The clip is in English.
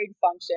function